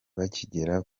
bakigera